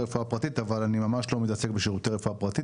אבל אני ממש לא מתעסק בשירותי רפואה פרטית,